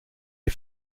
les